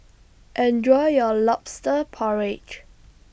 Enjoy your Lobster Porridge